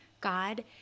God